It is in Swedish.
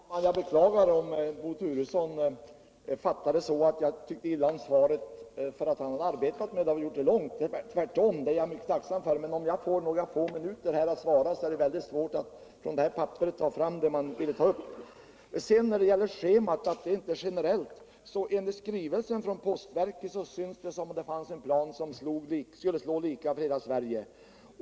Herr talman! Jag beklagar om Bo Turesson fattade det så att jag tyckte illa om svaret därför att han hade arbetat med det och gjort det långt. Tvärtom. det är jag mycket tacksam för, men om man har några få minuter på sig att tacka för svaret är det väldigt svårt att från det här papperet ta fram det man ville tå upp. Kommunikationsministern säger att schemat inte är generellt. men enligt skrivelsen från postverket syns det som om det fanns en plan som skulle slå lika för hela Sverige.